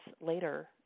later